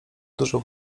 dużym